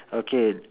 okay